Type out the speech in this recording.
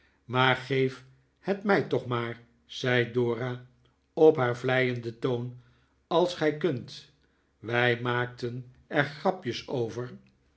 maar geef het mij toch maar zei dora op haar vleienden toon als gij kunt wij maakten er grapjes over